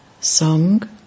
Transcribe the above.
Song